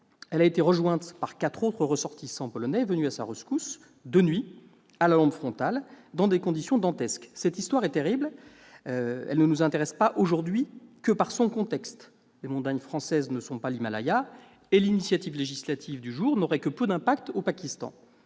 Elle a été rejointe par d'autres ressortissants polonais venus à sa rescousse de nuit, à la lampe frontale, dans des conditions dantesques. Cette histoire, terrible, ne nous intéresse pas aujourd'hui que par son contexte : les montagnes françaises ne sont pas l'Himalaya et l'initiative législative du jour n'aurait que peu d'impact au Pakistan.